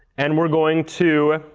and we're going to